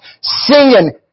Singing